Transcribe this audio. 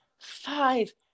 five